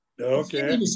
Okay